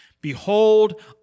Behold